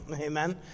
Amen